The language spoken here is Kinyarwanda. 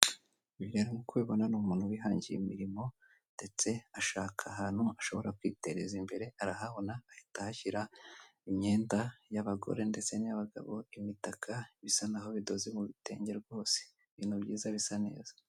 Uyu rero nk'uko ubibona ni umuntu wihangiye imirimo ndetse ashaka ahantu ashobora kwitereza imbere arahabona ahita ahashyira imyenda y'abagore ndetse n'iy'abagabo, imitaka, bisa naho bidoze mu bitenge rwose, ibintu byiza bisa neza.